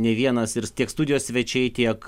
nei vienas ir tiek studijos svečiai tiek